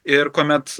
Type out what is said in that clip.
ir kuomet